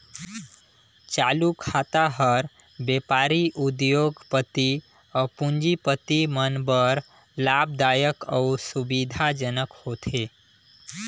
चालू खाता हर बेपारी, उद्योग, पति अउ पूंजीपति मन बर लाभदायक अउ सुबिधा जनक होथे